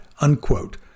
unquote